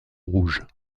rouge